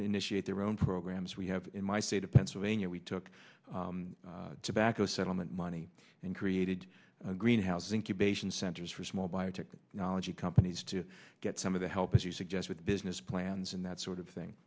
initiate their own programs we have in my state of pennsylvania we took tobacco settlement money and created greenhouse incubation centers for small biotech knology companies to get some of that help as you suggest with business plans and that sort of thing